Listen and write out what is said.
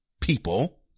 People